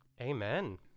amen